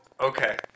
okay